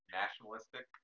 nationalistic